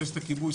טייסת הכיבוי,